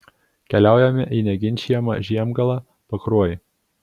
keliaujame į neginčijamą žiemgalą pakruojį